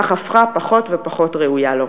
כך הפכה פחות ופחות ראויה לו.